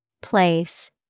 Place